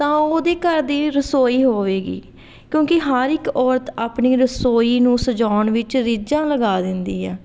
ਤਾਂ ਉਹਦੇ ਘਰ ਦੀ ਰਸੋਈ ਹੋਵੇਗੀ ਕਿਉਂਕਿ ਹਰ ਇੱਕ ਔਰਤ ਆਪਣੀ ਰਸੋਈ ਨੂੰ ਸਜਾਉਣ ਵਿੱਚ ਰੀਝਾਂ ਲਗਾ ਦਿੰਦੀ ਹੈ